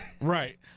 right